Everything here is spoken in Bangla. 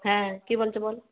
হ্যাঁ কী বলছে বলো